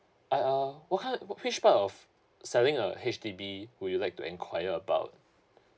uh uh what kind wha~ which part of selling a H_D_B would you like to enquire about